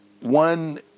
one